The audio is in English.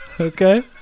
Okay